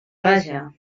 vaja